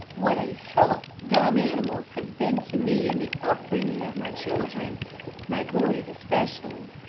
what a help dumb animals have been to me in the up-bringing of my children my boys, especially.